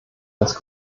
das